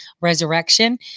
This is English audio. resurrection